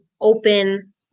open